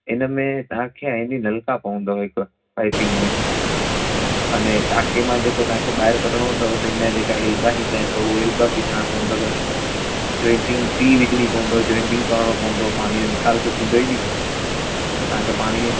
हिनमें तव्हांखे आहिनि नी नलका पवंदव हिकु पाइपिंग में अने तव्हांखे मां जेको ॿाहिरि कढिणो अथव त हिन जा जेका एल्बा ईंदा आहिनि त उहे एल्बा विझणा पवंदव जॉईटिंग टी विझणी पवंदव जॉईटिंग करिणो पवंदव पाणीअ जो निकाल थो थींदो हीअ नी त तव्हांखे पाणीअ